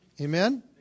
Amen